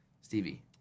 Stevie